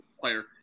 player